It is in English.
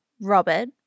Robert